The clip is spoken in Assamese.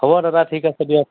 হ'ব দাদা ঠিক আছে দিয়ক